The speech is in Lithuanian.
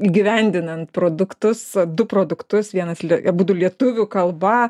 įgyvendinant produktus du produktus vienas abudu lietuvių kalba